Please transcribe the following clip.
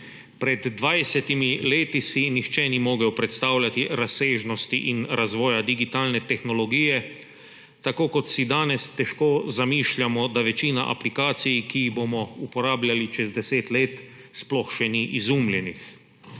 Pred 20 leti si nihče ni mogel predstavljati razsežnosti in razvoja digitalne tehnologije, tako kot si danes težko zamišljamo, da večina aplikacij, ki jih bomo uporabljali čez 10 let, sploh še ni izumljenih.